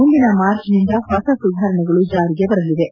ಮುಂದಿನ ಮಾರ್ಚ್ನಿಂದ ಹೊಸ ಸುಧಾರಣೆಗಳು ಜಾರಿಗೆ ಬರಲಿವೆ